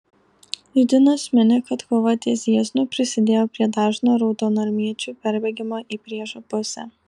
judinas mini kad kova ties jieznu prisidėjo prie dažno raudonarmiečių perbėgimo į priešo pusę